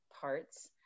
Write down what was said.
parts